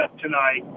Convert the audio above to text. tonight